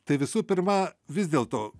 tai visų pirma vis dėlto